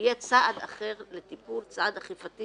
יהיה צעד אחר לטיפול, צעד אכיפתי